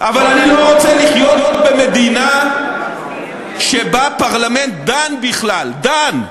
אבל אני לא רוצה לחיות במדינה שבה פרלמנט דן בכלל דן,